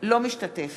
משתתף